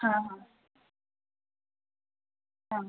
हां हां हां